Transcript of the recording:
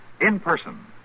In-Person